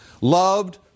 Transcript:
loved